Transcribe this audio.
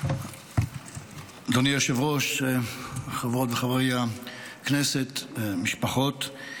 אדוני היושב-ראש, חברות וחברי הכנסת, משפחות,